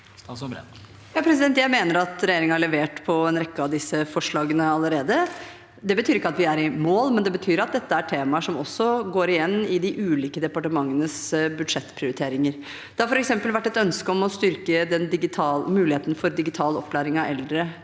Jeg mener at re- gjeringen har levert på en rekke av disse forslagene allerede. Det betyr ikke at vi er i mål, men det betyr at dette er temaer som går igjen i de ulike departementenes budsjettprioriteringer. Det har f.eks. vært et ønske om å styrke muligheten for digital opplæring av eldre